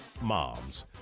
Moms